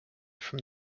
from